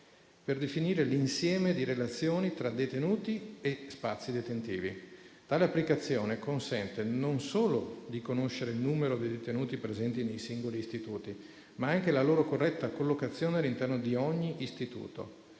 per definire l'insieme di relazioni tra detenuti e spazi detentivi. Tale applicazione consente non solo di conoscere il numero dei detenuti presenti nei singoli istituti, ma anche la loro corretta collocazione all'interno di ogni istituto,